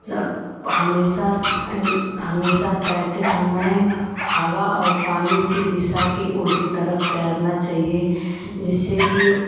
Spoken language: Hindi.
जब हमेशा यानी हमेशा तैरते समय हवा और पानी की दिशा की उलटी तरफ़ तैरना चाहिए जिससे कि